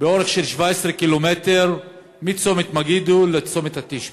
באורך של 17 קילומטר, מצומת מגידו לצומת התשבי.